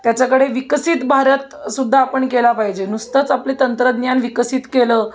त्याच्याकडे विकसित भारतसुद्धा आपण केला पाहिजे नुसतंच आपले तंत्रज्ञान विकसित केलं